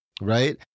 Right